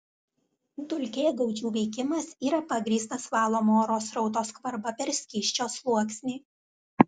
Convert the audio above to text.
dulkėgaudžių veikimas yra pagrįstas valomo oro srauto skvarba per skysčio sluoksnį